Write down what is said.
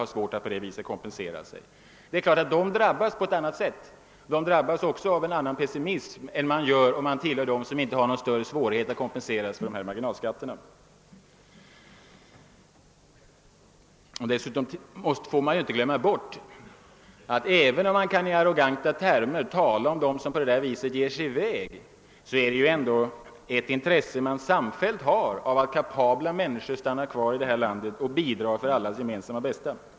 De drabbas självfallet på ett annat sätt än löntagare och blir också mera pessimistiska än de som inte har någon svårighet att kompensera sig för marginalskatterna. Dessutom får man inte glömma bort att man, även om man i arroganta termer kan tala om dem som på detta sätt ger sig i väg ur landet, ändå har ett samfällt intresse av att kapabla människor stannar kvar i Sverige och bidrar till det gemensamma bästa.